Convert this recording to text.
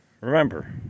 Remember